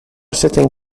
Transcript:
setting